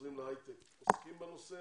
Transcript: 'חוזרים להייטק' עוסקים בנושא,